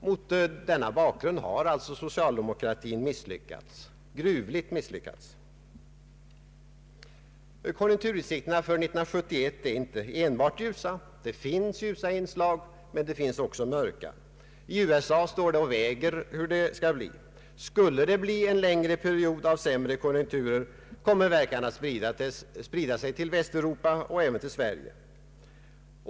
Mot denna bakgrund har socialdemokratin misslyckats, gruvligt misslyckats. Konjunkturutsikterna för 1971 är inte enbart ljusa. Det finns ljusa inslag, men det finns också mörka. I USA står det och väger hur det skall bli. Blir det en längre period av sämre konjunkturer, kommer verkan att sprida sig till Västeuropa och även till Sverige.